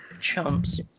Chumps